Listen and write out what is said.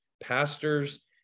pastors